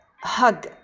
Hug